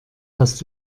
hast